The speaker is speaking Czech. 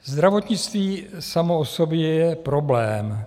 Zdravotnictví samo o sobě je problém.